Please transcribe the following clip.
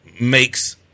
makes –